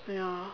ya